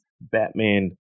Batman